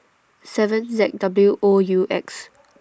seven Z W O U X